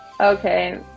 Okay